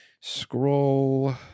Scroll